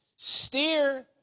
steer